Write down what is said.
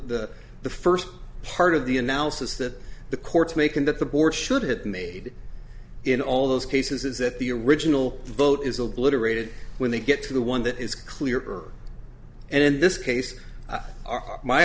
the the first part of the analysis that the courts make and that the board should have made in all those cases is that the original vote is obliterated when they get to the one that is clearer and in this case